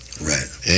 right